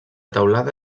teulada